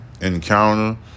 encounter